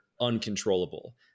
uncontrollable